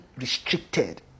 restricted